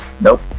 nope